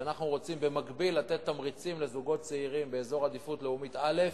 אנחנו רוצים במקביל לתת תמריצים לזוגות צעירים באזור עדיפות לאומית א'